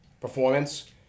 performance